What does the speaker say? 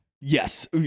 yes